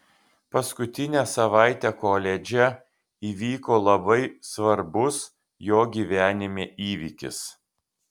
paskutinę savaitę koledže įvyko labai svarbus jo gyvenime įvykis